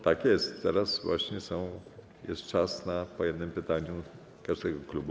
Tak jest, teraz właśnie jest czas na po jednym pytaniu każdego klubu.